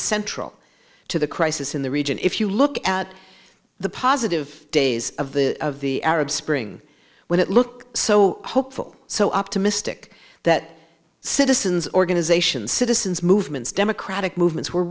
central to the crisis in the region if you look at the positive days of the of the arab spring when it looked so hopeful so optimistic that citizens organizations citizens movements democratic movements were